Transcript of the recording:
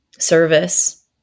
Service